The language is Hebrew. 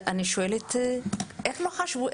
אני שואלת איך לא חשבו?